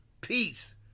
peace